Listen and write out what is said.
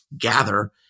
gather